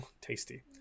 Tasty